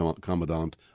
Commandant